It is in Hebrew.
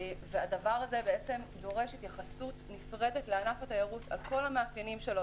והדבר הזה דורש התייחסות נפרדת לענף התיירות על כל מאפייניו.